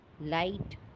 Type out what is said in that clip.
light